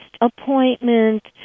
appointment